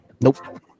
Nope